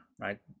right